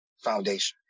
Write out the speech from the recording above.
foundation